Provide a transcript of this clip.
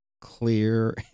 clear